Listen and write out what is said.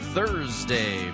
Thursday